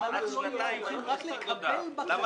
אם אנחנו לא נהיה ערוכים רק לקבל בקשה --- לא,